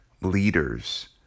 leaders